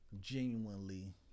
genuinely